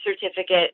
certificate